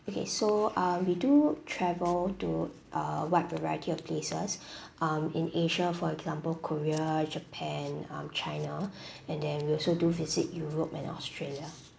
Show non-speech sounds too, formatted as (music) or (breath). okay so err we do travel to a wide variety of places (breath) um in asia for example korea japan um china (breath) and then we also do visit europe and australia